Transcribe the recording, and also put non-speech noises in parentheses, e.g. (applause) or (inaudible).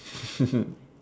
(laughs)